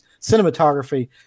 cinematography